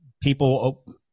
people